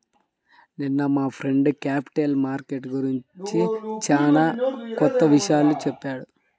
నిన్న మా friend capital market గురించి చానా కొత్త విషయాలు చెప్పాడు